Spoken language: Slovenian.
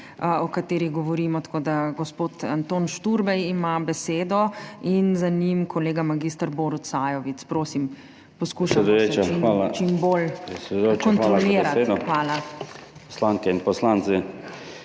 o katerih govorimo. Gospod Anton Šturbej ima besedo in za njim kolega mag. Borut Sajovic. Prosim, poskušajmo se čim bolj kontrolirati. Hvala.